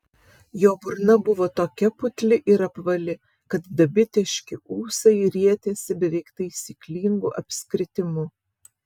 jo burna buvo tokia putli ir apvali kad dabitiški ūsai rietėsi beveik taisyklingu apskritimu